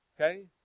okay